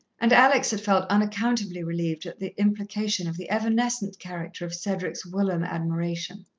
and alex had felt unaccountably relieved at the implication of the evanescent character of cedric's whilom admiration.